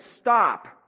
stop